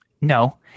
No